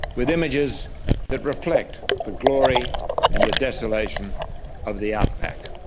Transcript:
with images that reflect the glory and the desolation of the outback.